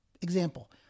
Example